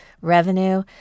revenue